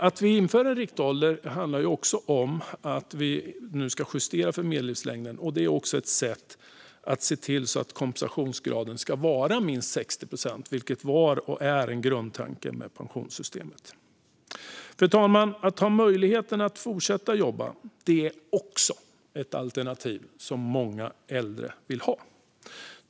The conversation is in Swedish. Att vi införde en riktålder handlade också om att vi nu ska justera för medellivslängden. Det är också ett sätt att se till att kompensationsgraden ska vara minst 60 procent, vilket var och är en grundtanke med pensionssystemet. Fru talman! Att ha möjligheten att fortsätta att jobba är också ett alternativ som många äldre vill ha.